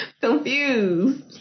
confused